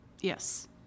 Yes